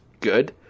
good